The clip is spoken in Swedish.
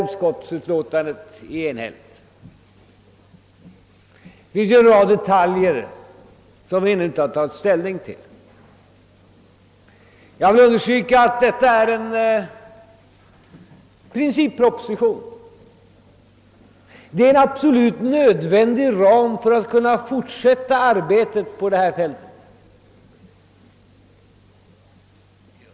Utskottet är alltså enhälligt i sak. Till en hel rad detaljer har vi emellertid ännu inte tagit ställning. Jag vill understryka att det rör sig om en principproposition, som är en absolut nödvändig ram för det fortsatta arbetet på detta fält.